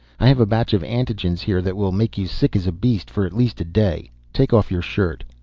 i have a batch of antigens here that will make you sick as a beast for at least a day. take off your shirt.